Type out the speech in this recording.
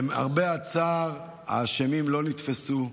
למרבה הצער, האשמים לא נתפסו,